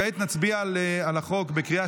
כעת נצביע על החוק בקריאה